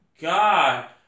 God